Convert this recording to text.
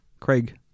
Craig